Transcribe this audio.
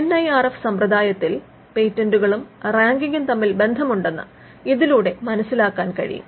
N I R F സമ്പ്രദായത്തിൽ പേറ്റന്റുകളും റാങ്കിംഗും തമ്മിൽ ബന്ധമുണ്ടെന്ന് ഇതിലൂടെ മനസിലാക്കാൻ കഴിയും